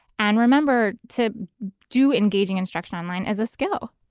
and remember to do engaging instruction online as a skill.